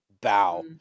bow